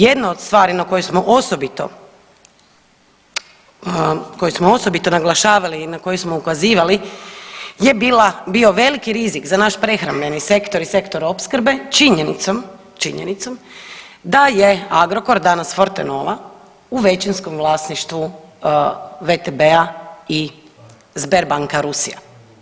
Jedna od stvari na koju smo osobito, koju smo osobito naglašavali i na koju smo ukazivali je bila, bio veliki rizik za naš prehrambeni sektor i sektor opskrbe činjenicom, činjenicom da je Agrokor, danas Fortenova, u većinskom vlasništvu VTB-a i Sberbanka Rusija.